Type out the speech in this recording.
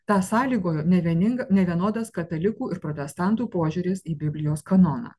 tą sąlygojo nevieninga nevienodas katalikų ir protestantų požiūris į biblijos kanoną